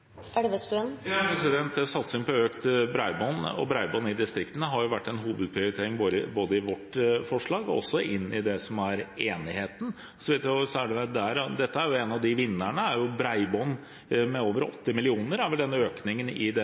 Elvestuen for seg at alle skal kunna ha ein likeverdig tilgang til det digitale høgfartsnettverket? Satsing på økt bredbånd og bredbånd i distriktene har jo vært en hovedprioritering både i vårt forslag og inn i det som er enigheten. Så en av vinnerne er jo bredbånd. Økningen er vel på over 80 mill. kr i